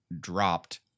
dropped